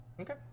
Okay